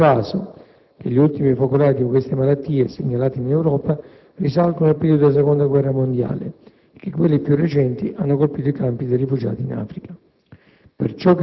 non è un caso che gli ultimi focolai di queste malattie, segnalati in Europa, risalgano al periodo della Seconda guerra mondiale, e che quelli più recenti hanno colpito i campi dei rifugiati in Africa.